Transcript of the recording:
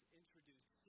introduced